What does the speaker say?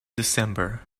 december